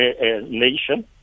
nation